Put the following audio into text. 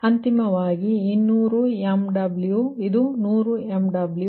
ಅಂತಿಮವಾಗಿ ಇದು 200 MW ಇದು 100 MW